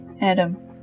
Adam